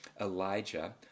elijah